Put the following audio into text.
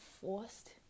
forced